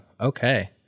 Okay